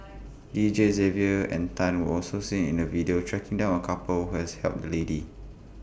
Deejays Xavier and Tan were also seen in the video tracking down A couple who has helped the lady